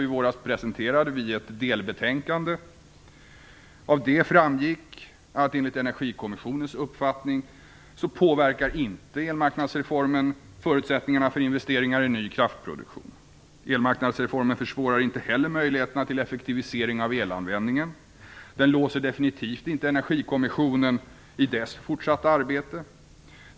I våras presenterade vi i kommissionen ett delbetänkande där det framgick att enligt Energikommissionens uppfattning påverkar inte elmarknadsreformen förutsättningarna för investeringar i ny kraftproduktion. Elmarknadsreformen försvårar inte heller möjligheterna till effektivering av elanvändningen. Den låser definitivt inte Energikommissionen i dess fortsatta arbete.